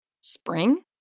Spring